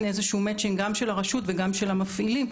איזשהו מצ'ינג גם של הרשות וגם של המפעילים,